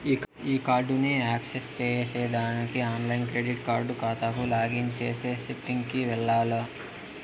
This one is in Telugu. ఈ కార్డుని యాక్సెస్ చేసేదానికి ఆన్లైన్ క్రెడిట్ కార్డు కాతాకు లాగిన్ చేసే సెట్టింగ్ కి వెల్లాల్ల